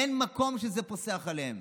אין מקום שזה פוסח עליו.